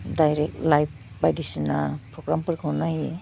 direct live बायदिसिना प्रग्रामफोरखौ नायो